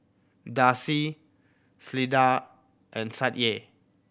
Darcy Cleda and Sadye